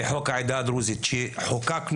לחוק העדה הדרוזית שחוקקנו.